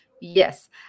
yes